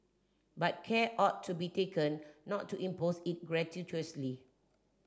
but care ought to be taken not to impose it gratuitously